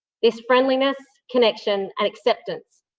this friendliness, connection and acceptance,